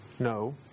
No